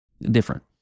different